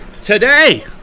Today